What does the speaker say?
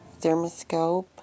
Thermoscope